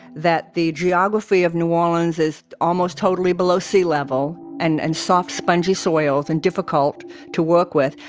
that the geography of new orleans is almost totally below sea level and and soft spongy soils and difficult to work with.